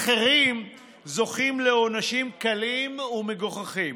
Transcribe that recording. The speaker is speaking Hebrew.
אחרים זוכים לעונשים קלים ומגוחכים